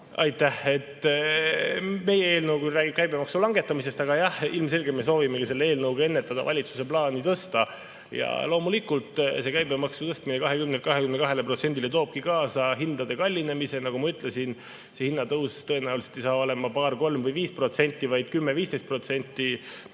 Aitäh! Meie eelnõu räägib küll käibemaksu langetamisest, aga jah, ilmselgelt me soovimegi selle eelnõuga ennetada valitsuse plaani [käibemaksu] tõsta. Loomulikult käibemaksu tõstmine 20%-lt 22%-le toobki kaasa hindade kallinemise. Nagu ma ütlesin, see hinnatõus tõenäoliselt ei tule paar-kolm või viis protsenti, vaid 10–15%.